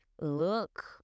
look